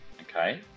Okay